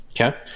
Okay